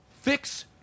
fix